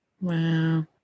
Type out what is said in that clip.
Wow